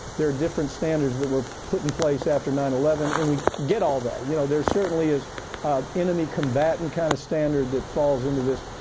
there are different standards that were put in place after nine eleven and we get all that, you know, there's certainly is enemy combatant kind of standard that falls into this.